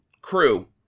crew